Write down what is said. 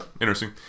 Interesting